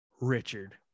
Richard